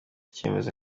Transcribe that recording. icyemezo